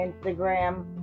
Instagram